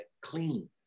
clean